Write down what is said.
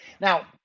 Now